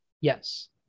Yes